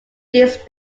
this